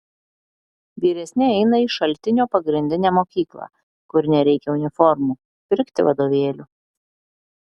vyresni eina į šaltinio pagrindinę mokyklą kur nereikia uniformų pirkti vadovėlių